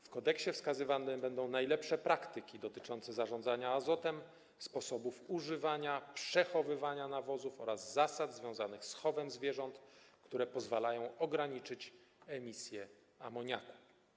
W kodeksie wskazywane będą najlepsze praktyki dotyczące zarządzania azotem, sposobów używania, przechowywania nawozów oraz zasad związanych z chowem zwierząt, które pozwalają ograniczyć emisję amoniaku.